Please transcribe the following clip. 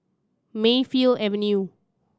Mayfield Avenue